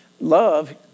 love